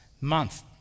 month